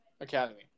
academy